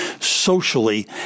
socially